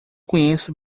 conheço